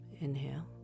Inhale